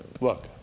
look